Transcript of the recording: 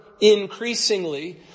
increasingly